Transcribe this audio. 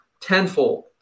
tenfold